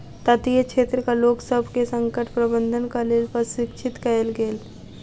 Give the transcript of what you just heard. तटीय क्षेत्रक लोकसभ के संकट प्रबंधनक लेल प्रशिक्षित कयल गेल